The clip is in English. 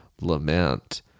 lament